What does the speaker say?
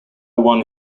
one